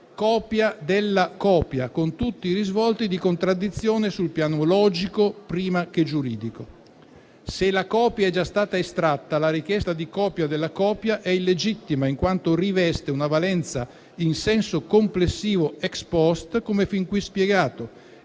copia della copia, con tutti i risvolti di contraddizione sul piano logico, prima che giuridico. Se la copia è già stata estratta, la richiesta di copia della copia è illegittima, in quanto riveste una valenza in senso complessivo *ex post*, come fin qui spiegato,